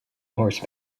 horse